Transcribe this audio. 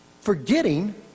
forgetting